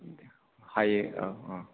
हायो औ औ